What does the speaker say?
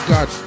God